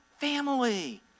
family